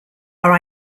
are